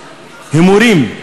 הימורים?